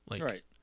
Right